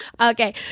Okay